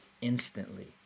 instantly